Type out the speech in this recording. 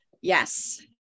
Yes